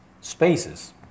spaces